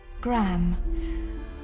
Graham